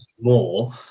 more